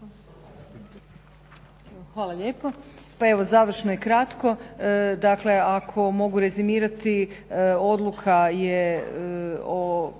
vam lijepa. pa evo završno i kratko. Dakle ako mogu rezimirati odluka je o